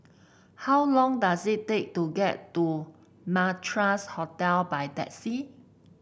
how long does it take to get to Madras Hotel by taxi